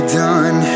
done